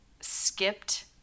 skipped